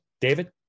David